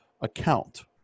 account